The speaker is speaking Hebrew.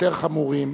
יותר חמורים.